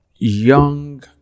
Young